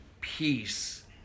peace